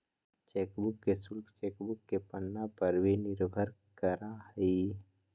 chequebook के शुल्क chequebook के पन्ना पर भी निर्भर करा हइ